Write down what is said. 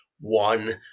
one